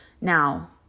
Now